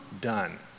done